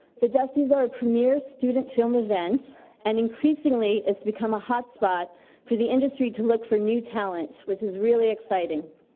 the dustys are a premier student film event and increasingly has become a hot spot for the industry to look for new talent, which is really exciting.